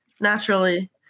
naturally